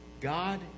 God